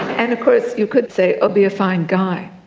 and of course you could say, oh, be fine guy,